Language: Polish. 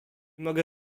mogę